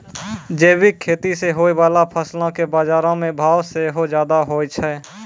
जैविक खेती से होय बाला फसलो के बजारो मे भाव सेहो ज्यादा होय छै